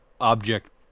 object